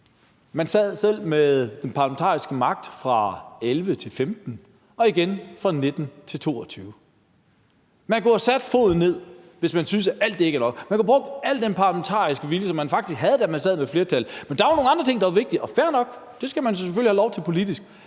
Man sad selv med den parlamentariske magt fra 2011 til 2015 og igen fra 2019 til 2022. Man kunne have sat foden ned, hvis man syntes, at alt det ikke er nok. Man kunne have brugt al den parlamentariske vilje, som man faktisk havde, da man sad med flertallet. Men der er jo nogle andre ting, der er vigtigere, og det er fair nok. Det skal man selvfølgelig have lov til politisk.